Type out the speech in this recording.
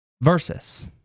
versus